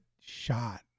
shot